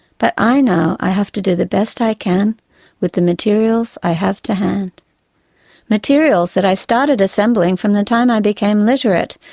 but i know i have to do the best i can with the materials i have to hand materials that i started assembling from the time i became literate,